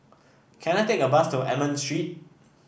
can I take a bus to Almond Street